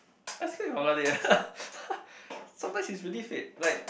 asking sometimes it's really fate like